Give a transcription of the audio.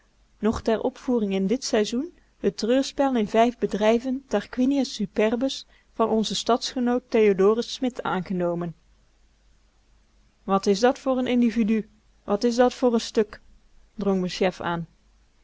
ter opvoering in dit seizoen het treurspel in vijf bedrijven arquinius uperbus van onzen stadgenoot théod smit aangenomen wat is dat voor n individu wat is dat voor n stuk drong m'n chef aan